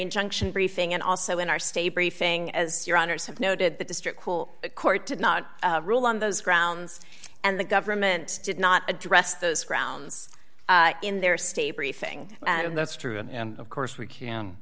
injunction briefing and also in our state briefing as your honour's have noted the district school court did not rule on those grounds and the government did not address those grounds in their state briefing and that's true and of course we can